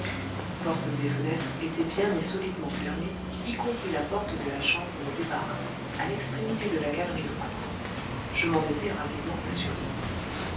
portes et fenêtres étaient bien et solidement fermées y compris la porte de la chambre de débarras à l'extrémité de la galerie droite je m'en étais rapidement assuré